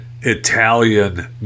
Italian